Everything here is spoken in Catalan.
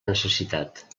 necessitat